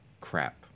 crap